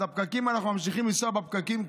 אז אנחנו ממשיכים לנסוע בפקקים,